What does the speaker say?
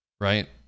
Right